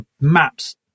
maps